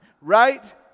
right